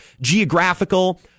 geographical